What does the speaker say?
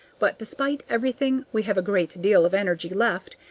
but despite everything, we have a great deal of energy left,